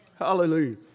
Hallelujah